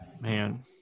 Man